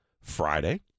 Friday